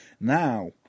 Now